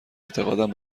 اعتقادم